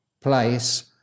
place